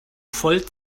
voll